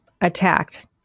attacked